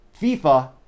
FIFA